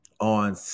on